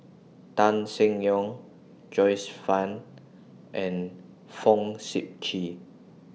Tan Seng Yong Joyce fan and Fong Sip Chee